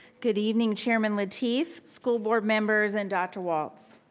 good evening, chairman lateef, school board members, and dr. walt.